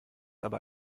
aber